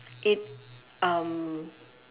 it um